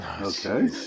okay